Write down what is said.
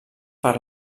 per